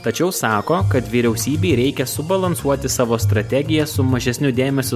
tačiau sako kad vyriausybei reikia subalansuoti savo strategiją su mažesniu dėmesiu